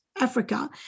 Africa